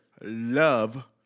love